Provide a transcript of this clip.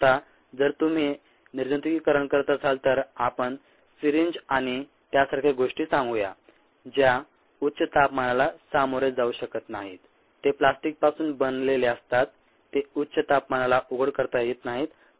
विशेषतः जर तुम्ही निर्जंतुकीकरण करत असाल तर आपण सिरिंज आणि त्यासारख्या गोष्टी सांगूया ज्या उच्च तापमानाला सामोरे जाऊ शकत नाहीत ते प्लास्टिकपासून बनलेले असतात ते उच्च तापमानाला उघड करता येत नाहीत